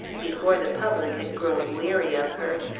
before the public had grown weary of her,